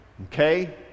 Okay